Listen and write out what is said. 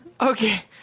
Okay